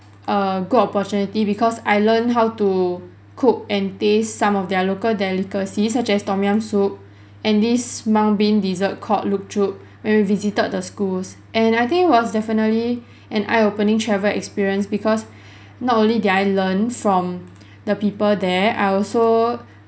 a good opportunity because I learned how to cook and taste some of their local delicacies such as tom yam soup and this mung bean dessert called luk chup when we visited the schools and I think was definitely an eye-opening travel experience because not only did I learn from the people there I also